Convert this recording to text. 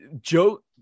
joe